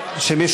(תיקוני חקיקה),